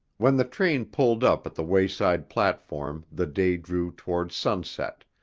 when the train pulled up at the wayside platform the day drew towards sunset,